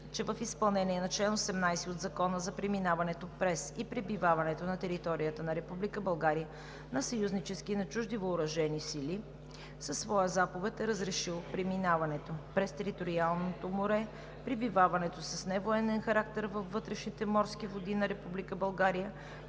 че в изпълнение на чл. 18 от Закона за преминаването през и пребиваването на територията на Република България на съюзнически и чужди въоръжени сили със своя заповед е разрешил преминаването през териториалното море, пребиваването с невоенен характер във вътрешните морски води на